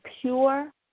pure